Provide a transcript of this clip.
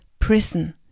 prison